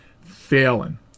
failing